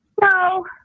No